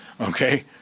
Okay